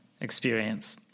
experience